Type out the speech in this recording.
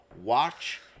watch